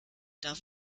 darf